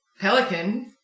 pelican